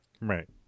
Right